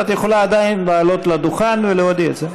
את יכולה עדיין לעלות לדוכן ולהודיע את זה.